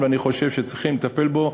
נכון, ואני חושב שצריכים לטפל בזה.